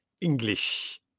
English